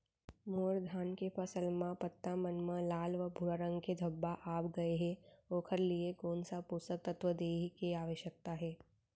मोर धान के फसल म पत्ता मन म लाल व भूरा रंग के धब्बा आप गए हे ओखर लिए कोन स पोसक तत्व देहे के आवश्यकता हे?